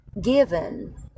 given